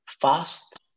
fast